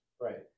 Right